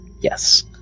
Yes